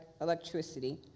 electricity